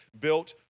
built